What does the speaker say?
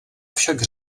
však